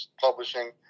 publishing